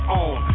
on